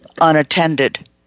unattended